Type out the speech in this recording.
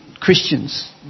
Christians